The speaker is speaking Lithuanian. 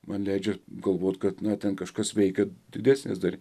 man leidžia galvot kad na ten kažkas veikia didesnės dar